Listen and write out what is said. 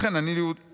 לכן אני יהודייה.